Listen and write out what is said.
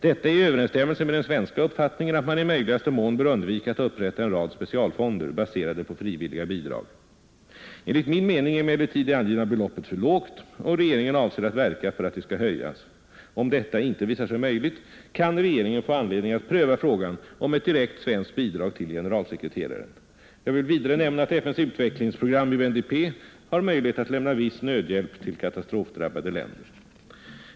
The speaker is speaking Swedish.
Detta är i Överensstämmelse med den svenska uppfattningen att man i möjligaste mån bör undvika att upprätta en rad specialfonder baserade på frivilliga bidrag. Enligt min mening är emellertid det angivna beloppet för lågt, och regeringen avser att verka för att det skall höjas. Om detta inte visar sig möjligt, kan regeringen få anledning att pröva frågan om ett direkt svenskt bidrag till generalsekreteraren. Jag vill vidare nämna att FNs utvecklingsprogram, UNDP, har möjlighet att lämna viss nödhjälp till katastrofdrabbade länder.